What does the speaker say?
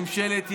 ממשלת ימין.